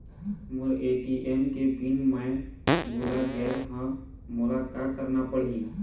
मोर ATM के pin मैं भुला गैर ह, मोला का करना पढ़ही?